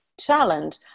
challenge